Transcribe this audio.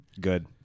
Good